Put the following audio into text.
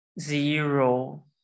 zero